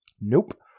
Nope